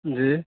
جی